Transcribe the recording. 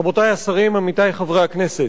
תודה רבה, רבותי השרים, עמיתי חברי הכנסת,